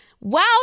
Wow